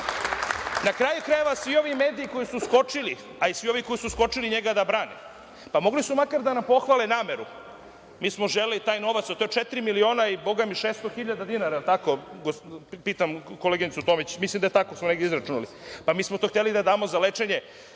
kraju krajeva, svi ovi mediji koji su skočili, a i svi ovi koji su skočili njega da brane, mogli su makar da nam pohvale nameru. Mi smo želeli taj novac, a to je četiri miliona i, bogami, 600 hiljada dinara, pitam koleginicu Tomić, mislim da smo tako negde izračunali, mi smo to hteli da damo za lečenje